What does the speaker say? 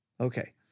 okay